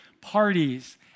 parties